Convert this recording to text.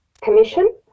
commission